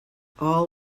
all